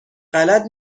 غلط